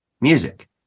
music